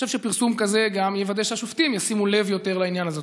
אני חושב שפרסום כזה גם יוודא שהשופטים ישימו לב יותר לעניין הזה.